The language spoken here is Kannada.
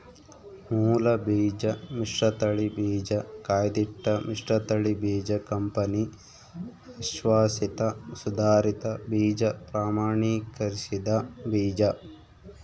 ಮೂಲಬೀಜ ಮಿಶ್ರತಳಿ ಬೀಜ ಕಾಯ್ದಿಟ್ಟ ಮಿಶ್ರತಳಿ ಬೀಜ ಕಂಪನಿ ಅಶ್ವಾಸಿತ ಸುಧಾರಿತ ಬೀಜ ಪ್ರಮಾಣೀಕರಿಸಿದ ಬೀಜ